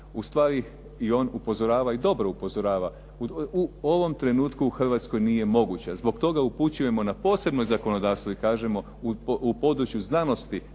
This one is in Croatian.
ustvari on upozorava i dobro upozorava, u ovom trenutku u Hrvatskoj nije moguće, zbog toga upućujemo na posebno zakonodavstvo i kažemo u području znanosti,